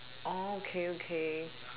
oh okay okay